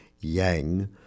Yang